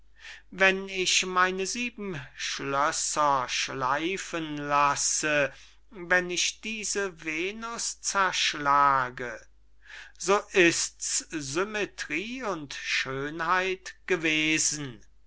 wenn ich meine sieben schlösser schleifen lasse wenn ich diese venus zerschlage so ist's symmetrie und schönheit gewesen